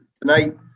tonight